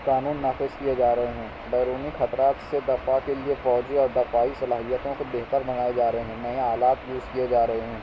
اور قانون نافذ کیے جا رہے ہیں بیرونی خطرات سے دفاع کے لیے فوجی اور دفاعی صلاحیتوں کو بہتر بنائے جا رہے ہیں نئے آلات یوز کیے جا رہے ہیں